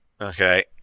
Okay